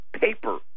paper